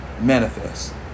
manifest